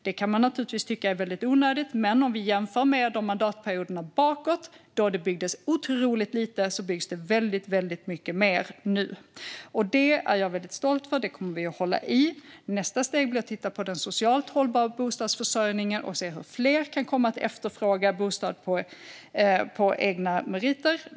Det kan man givetvis tycka är onödigt, men om vi jämför med mandatperioderna bakåt då det byggdes otroligt lite byggs det nu väldigt mycket mer. Jag är väldigt stolt över det, och det kommer vi att hålla i. Nästa steg blir att titta på den socialt hållbara bostadsförsörjningen och se hur fler kan komma att efterfråga en bostad på egna meriter.